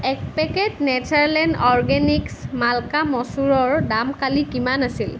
এক packet Natureland organics মাল্কা মচুৰৰ দাম কালি কিমান আছিল